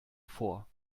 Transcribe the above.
vor